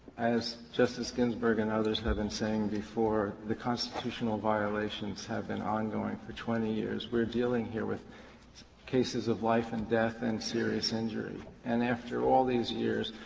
as justice ginsburg and others have been saying before the constitutional violations have been ongoing for twenty twenty years. we are dealing here with cases of life and death and serious injury. and after all these years,